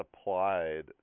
applied